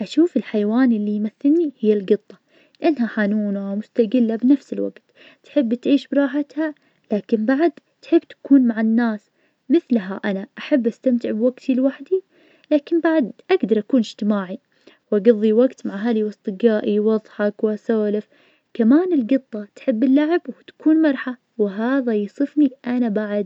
أشوف الحيوان اللي يمثلني هي الجطة, لانها حنونة ومستدلة بنفس الوجت, تحب تعيش براحتها, لكن بعد تحب تكون مع الناس, مثلها أنا, أحب أستمتع بوقتي لوحدي, لكن بعد أقدر أكون اجتماعي, وأقضي وقت مع اهلي وأصدجائي واضحك واسولف, كمان الجطة تحب اللعب وتكون مرحة, وهذا يصفني أنا بعد.